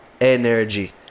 Energy